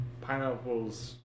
Pineapples